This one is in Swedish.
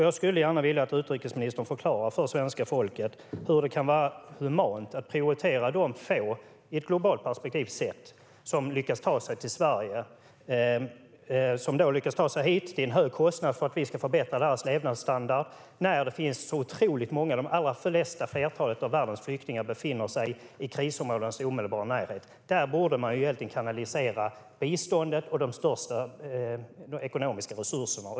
Jag skulle gärna vilja att utrikesministern förklarar för svenska folket hur det kan vara humant att prioritera de få, i ett globalt perspektiv sett, som lyckas ta sig hit till Sverige till en hög kostnad för att vi ska förbättra deras levnadsstandard när så otroligt många, det stora flertalet av världens flyktingar, befinner sig i krisområdenas omedelbara närhet. Där borde man egentligen kanalisera biståndet och de största ekonomiska resurserna.